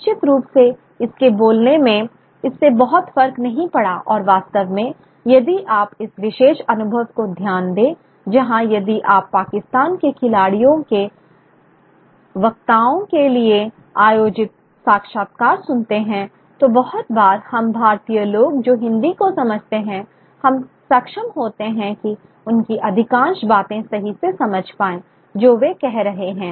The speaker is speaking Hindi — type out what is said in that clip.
निश्चित रूप से इसके बोलने में इससे बहुत फर्क नहीं पड़ा और वास्तव में यदि आप इस विशेष अनुभव को ध्यान दें जहां यदि आप पाकिस्तान के खिलाड़ियों के वक्ताओं के लिए आयोजित साक्षात्कार सुनते हैं तो बहुत बार हम भारतीय लोग जो हिंदी को समझते हैं हम सक्षम होते हैं कि उनकी अधिकांश बातें सही से समझ पाएं जो वे कह रहे हैं